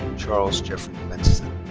charles jeffrey.